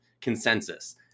consensus